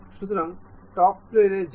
সুতরাং টপ প্লেনে যাই